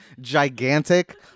gigantic